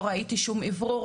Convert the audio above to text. לא ראיתי שום אוורור,